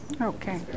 Okay